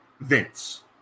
Vince